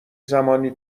زمانی